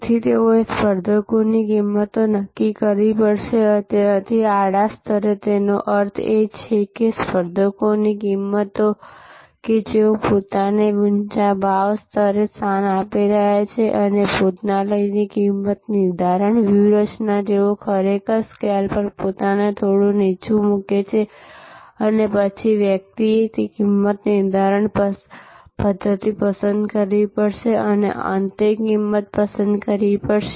તેથી તેઓએ સ્પર્ધકની કિંમતો નક્કી કરવી પડશે તેથી આડા સ્તરેતેનો અર્થ એ છે કે સ્પર્ધકોની કિંમતો કે જેઓ પોતાને ઊંચા ભાવ સ્તરે સ્થાન આપી રહ્યા છે અને ભોજનાલય ની કિંમત નિર્ધારણ વ્યૂહરચના જેઓ ખરેખર સ્કેલ પર પોતાને થોડું નીચે મૂકે છે અને પછી વ્યક્તિએ કિંમત નિર્ધારણ પદ્ધતિ પસંદ કરવી પડશે અને અંતિમ કિંમત પસંદ કરવી પડશે